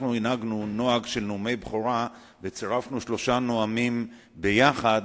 הנהגנו נוהג של נאומי בכורה וצירפנו שלושה נואמים יחד,